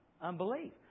Unbelief